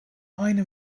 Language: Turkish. aynı